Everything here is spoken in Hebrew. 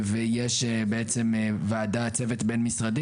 ויש בעצם וועדה, צוות בין-משרדי